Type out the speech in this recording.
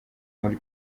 muri